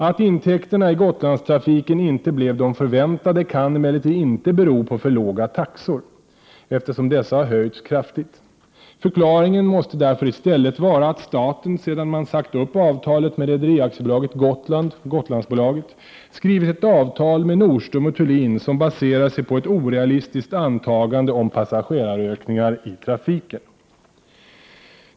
Att intäkterna i Gotlandstrafiken inte blev de förväntade kan emellertid inte bero på för låga taxor, eftersom dessa har höjts kraftigt. Förklaringen måste därför i stället vara att staten, sedan man sagt upp avtalet med Rederi AB Gotland , skrivit ett avtal med Nordström & Thulin som baserar sig på ett orealistiskt antagande om passagerarökningar i trafiken.